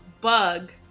bug